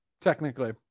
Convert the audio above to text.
Technically